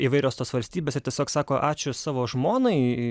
įvairios tos valstybės ir tiesiog sako ačiū savo žmonai